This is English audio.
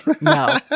No